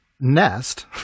Nest